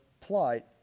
plight